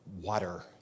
water